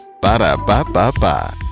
Ba-da-ba-ba-ba